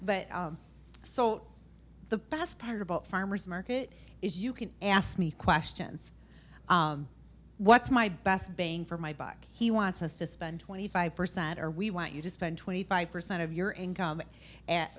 but so the best part about farmers market is you can ask me questions what's my best bang for my buck he wants us to spend twenty five percent or we want you to spend twenty five percent of your income and